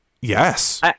Yes